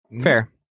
Fair